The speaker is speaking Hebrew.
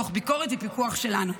תוך ביקורת ופיקוח שלנו.